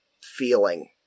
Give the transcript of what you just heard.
feeling